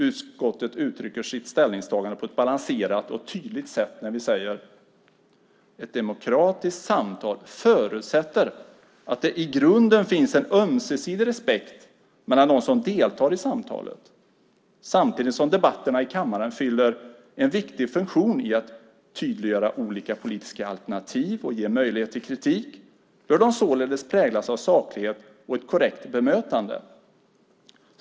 Utskottet uttrycker sitt ställningstagande på ett balanserat och tydligt sätt när vi säger: "Ett demokratiskt samtal förutsätter att det i grunden finns en ömsesidig respekt mellan dem som deltar i samtalet. Samtidigt som debatterna i kammaren fyller en viktig funktion i att tydliggöra olika politiska alternativ och ge möjlighet till kritik bör de således präglas av saklighet och ett korrekt bemötande.